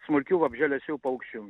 smulkių vabzdžialesių paukščių